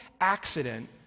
accident